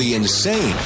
Insane